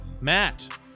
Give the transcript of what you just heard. Matt